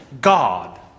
God